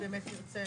אם באמת נרצה.